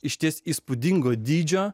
išties įspūdingo dydžio